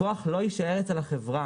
הכוח לא יישאר אצל החברה.